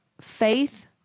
faith